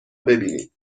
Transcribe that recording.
ببینید